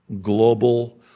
global